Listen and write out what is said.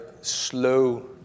slow